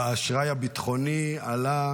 אבל האשראי הביטחוני עלה